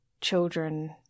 children